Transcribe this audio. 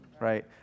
Right